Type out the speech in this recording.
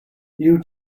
you